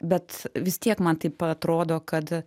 bet vis tiek man taip atrodo kad